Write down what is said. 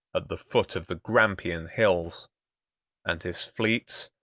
at the foot of the grampian hills and his fleets,